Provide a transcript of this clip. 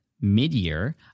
mid-year